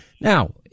Now